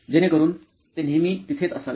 जेणेकरून ते नेहमी तिथेच असावे